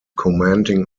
commenting